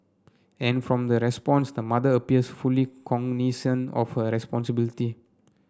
and from the response the mother appears fully cognisant of her responsibility